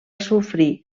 sofrir